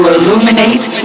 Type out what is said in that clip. Illuminate